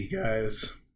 guys